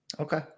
Okay